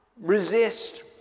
resist